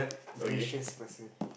gracious person